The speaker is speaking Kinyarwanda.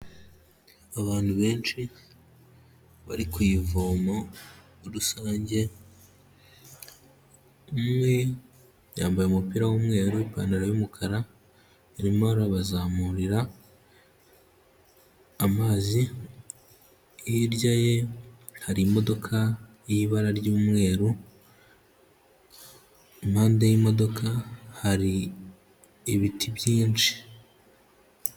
Abantu benshi bari ku ivomo rusange, umwe yambaye umupira w'umweru, ipantaro y'umukara arimo arabazamurira amazi, hirya ye hari imodoka y'ibara ry'umweru, impande y'imodoka hari ibiti byinshi.